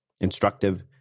instructive